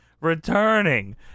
returning